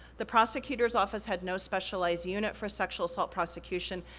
the prosecutor's office had no specialized unit for sexual assault prosecution,